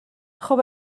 خوب